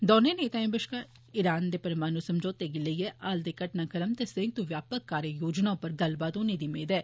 दौनें नेतााएं बश्कार ईरान दे परमाणु समौतें गी लेइयै हाल दे घटनाक्रम ते संयुक्त व्यापक कार्य योजना उप्पर गल्लबात होने दी मेद ऐ